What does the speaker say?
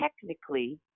technically